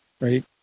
right